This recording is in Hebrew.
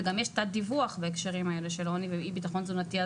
וגם יש תת-דיווח בהקשרים האלה של אי-ביטחון תזונתי.